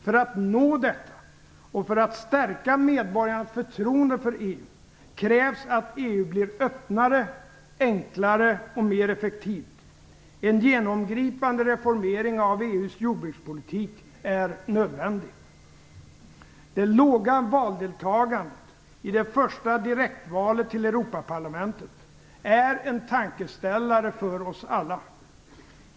För att nå detta, och för att stärka medborgarnas förtroende för EU, krävs att EU blir öppnare, enklare och mer effektiv. En genomgripande reformering av EU:s jordbrukspolitik är nödvändig. Det låga valdeltagandet i det första direktvalet till Europaparlamentet är en tankeställare för oss alla.